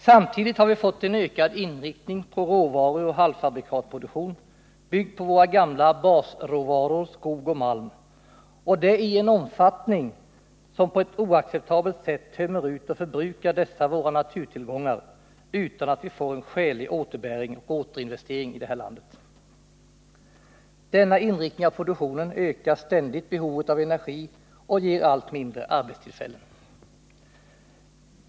Samtidigt har vi fått en ökad inriktning på råvaruoch halvfabrikatproduktion, byggt på våra gamla basråvaror skog och malm, och det i en omfattning som på ett oacceptabelt sätt tömmer ut och förbrukar dessa våra naturtillgångar, utan att vi får en skälig återbäring och återinvestering här i landet. Denna inriktning av produktionen ökar ständigt behovet av energi och ger allt färre arbetstillfällen.